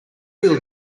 wheel